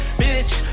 bitch